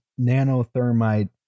nanothermite